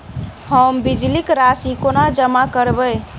हम बिजली कऽ राशि कोना जमा करबै?